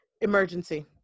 emergency